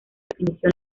definición